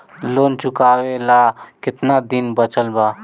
Loan चुकावे ला कितना दिन बचल बा?